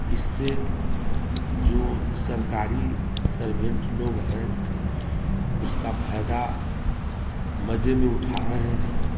इससे जो सरकारी सर्वेंट लोग हैं उसका फायदा मजे में उठा रहे हैं